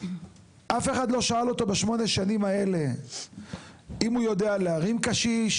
אף אחד לא שאל אותו בשמונה שנים האלה אם הוא יודע להרים קשיש,